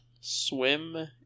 Swim